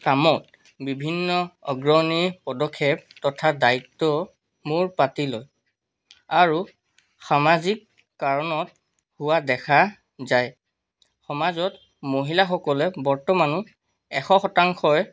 কামত বিভিন্ন অগ্ৰণী পদক্ষেপ তথা দায়িত্ব মূৰ পাতি লয় আৰু সামাজিক কাৰণত হোৱা দেখা যায় সমাজত মহিলাসকলে বৰ্তমান এশ শতাংশই